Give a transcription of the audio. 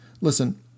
Listen